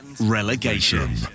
relegation